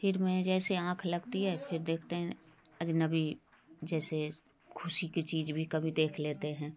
फिर मैं जैसे आँख लगती है फिर देखते हैं अजनबी जैसे ख़ुशी के चीज़ भी कभी देख लेते हैं